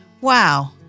Wow